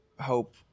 hope